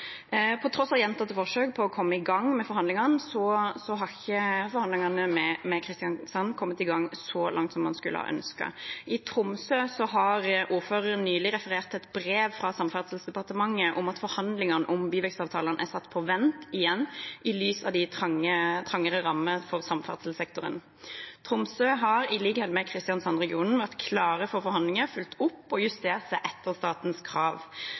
På tross av gjentatte forsøk på å komme i gang med forhandlingene har ikke forhandlingene med Kristiansand kommet i gang, eller så langt som man skulle ønske. I Tromsø har ordføreren nylig referert til et brev fra Samferdselsdepartementet om at forhandlingene om byvekstavtalene er satt på vent – igjen – i lys av trangere rammer for samferdselssektoren. Tromsø har, i likhet med Kristiansandregionen, vært klar for forhandlinger, fulgt opp og justert seg etter statens krav,